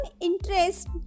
interest